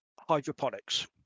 hydroponics